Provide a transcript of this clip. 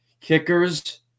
kickers